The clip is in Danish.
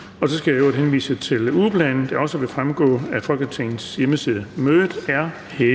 Og så skal jeg i øvrigt henvise til ugeplanen, der også vil fremgå af Folketingets hjemmeside. Mødet er hævet.